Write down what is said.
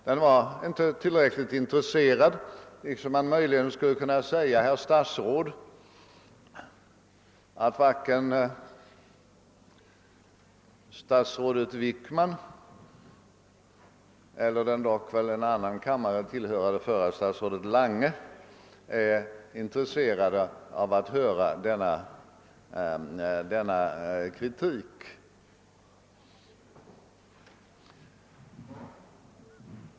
Den var inte tillräckligt intresserad, liksom man möjligen skulle kunna säga, herr talman, att varken statsrådet Wickman eller den dock en annan kammare tillhörande förre statsrådet Lange är intresserad av att höra denna kritik.